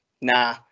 Nah